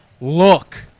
look